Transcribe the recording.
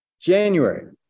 January